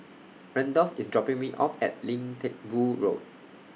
Randolf IS dropping Me off At Lim Teck Boo Road